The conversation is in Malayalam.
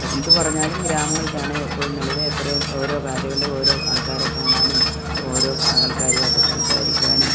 എന്ത് പറഞ്ഞാലും ഗ്രാമങ്ങളിലത്തെയാണ് എപ്പോഴും നല്ലത് എത്രയും ഓരോ കാര്യങ്ങളിലും ഓരോ ആൾക്കാരെ കാണാനും ഓരോ ആൾക്കാരുമായിട്ട് സംസാരിക്കുവാനും